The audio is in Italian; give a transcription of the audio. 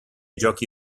giochi